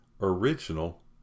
original